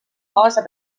kaasa